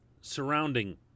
surrounding